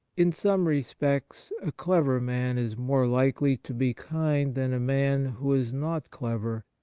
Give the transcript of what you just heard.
in some respects a clever man is more likely to be kind than a man who is not clever,